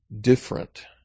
different